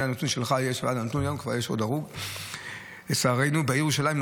מהנתון שלך יש ועד היום כבר יש עוד הרוג לצערנו בעיר ירושלים,